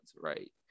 right